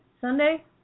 Sunday